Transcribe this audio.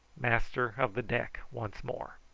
master of the deck once more.